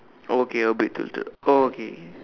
okay a bit tilted oh okay